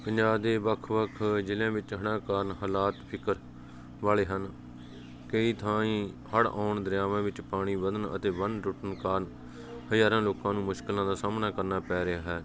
ਪੰਜਾਬ ਦੇ ਵੱਖ ਵੱਖ ਜ਼ਿਲ੍ਹਿਆਂ ਵਿੱਚ ਹੜ੍ਹਾਂ ਕਾਰਨ ਹਾਲਾਤ ਫਿਕਰ ਵਾਲੇ ਹਨ ਕਈ ਥਾਈਂ ਹੜ੍ਹ ਆਉਣ ਦਰਿਆਵਾਂ ਵਿੱਚ ਪਾਣੀ ਵਧਣ ਅਤੇ ਬੰਨ ਟੁੱਟਣ ਕਾਰਨ ਹਜ਼ਾਰਾਂ ਲੋਕਾਂ ਨੂੰ ਮੁਸ਼ਕਿਲਾਂ ਦਾ ਸਾਹਮਣਾ ਕਰਨਾ ਪੈ ਰਿਹਾ